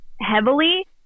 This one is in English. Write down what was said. heavily